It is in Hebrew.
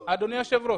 אדוני היושב ראש,